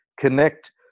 connect